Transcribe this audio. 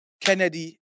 Kennedy